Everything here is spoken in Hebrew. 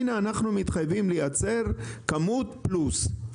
הנה אנחנו מתחייבים לייצר כמות פלוס,